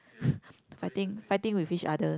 fighting fighting with each other